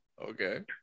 Okay